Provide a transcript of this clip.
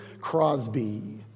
Crosby